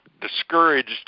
Discouraged